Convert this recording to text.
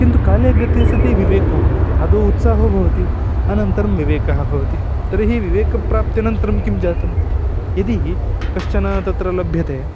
किन्तु काले गते सति विवेको भवति आदौ उत्साहो भवति अनन्तरं विवेकः भवति तर्हि विवेकप्राप्त्यनन्तरं किं जातं यदि कश्चन तत्र लभ्यते